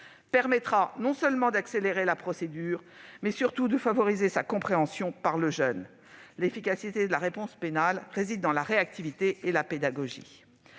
permettra non seulement d'accélérer la procédure, mais surtout de favoriser sa compréhension par le jeune qui en fait l'objet. L'efficacité de la réponse pénale réside dans la réactivité et la pédagogie.